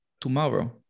tomorrow